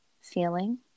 feeling